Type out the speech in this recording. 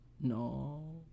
No